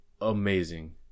amazing